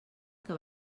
que